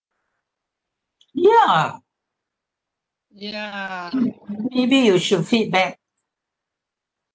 ya maybe you should feedback